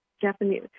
Japanese